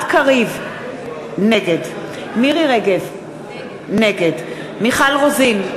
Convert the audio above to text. נגד מירי רגב, נגד מיכל רוזין,